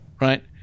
right